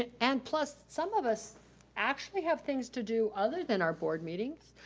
and plus some of us actually have things to do other than our board meetings.